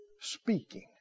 speaking